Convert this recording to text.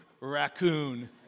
raccoon